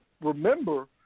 remember